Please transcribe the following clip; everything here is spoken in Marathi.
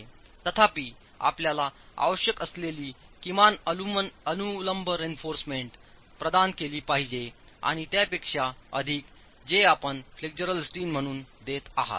तथापि आपल्याला आवश्यक असलेली किमान अनुलंब रेइन्फॉर्समेंट प्रदान केले पाहिजे आणि त्यापेक्षा अधिक जे आपण फ्लेक्चरल स्टील म्हणून देत आहात